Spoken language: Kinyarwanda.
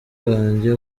wanjye